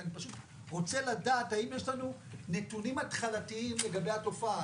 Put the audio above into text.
אני פשוט רוצה לדעת האם יש לנו נתונים התחלתיים לגבי התופעה,